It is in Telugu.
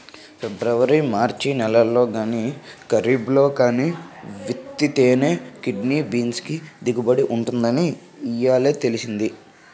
పిబ్రవరి మార్చి నెలల్లో గానీ, కరీబ్లో గానీ విత్తితేనే కిడ్నీ బీన్స్ కి దిగుబడి ఉంటుందని ఇయ్యాలే తెలిసింది